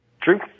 True